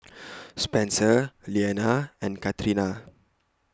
Spencer Leanna and Catrina